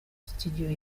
studio